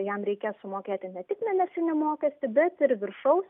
jam reikės sumokėti ne tik mėnesinį mokestį bet ir viršaus